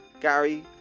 Gary